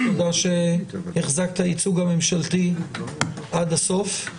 תודה שהחזקת את הייצוג הממשלתי עד הסוף.